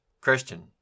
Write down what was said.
Christian